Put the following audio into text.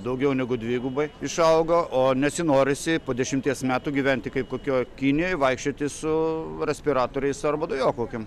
daugiau negu dvigubai išaugo o nesinorisi po dešimties metų gyventi kaip kokioj kinijoj vaikščioti su respiratoriais arba dujokaukėm